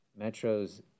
metros